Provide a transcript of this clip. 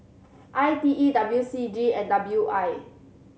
I T E W C G and W I